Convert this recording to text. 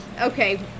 Okay